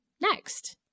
next